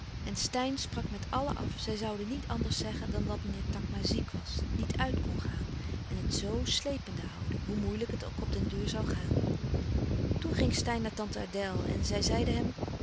en steyn sprak met allen af zij zouden niet anders zeggen dan dat meneer takma ziek was niet uit kon gaan en het zoo slepende houden hoe moeilijk het ook op den duur zoû gaan toen ging steyn naar tante adèle en zij zeide hem